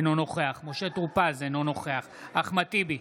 אינו נוכח משה טור פז, אינו נוכח אחמד טיבי,